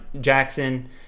Jackson